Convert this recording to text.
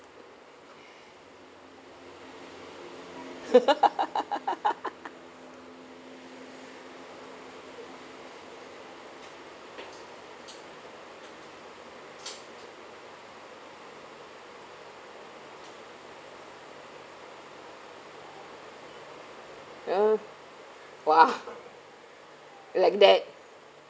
ya !wah! you like that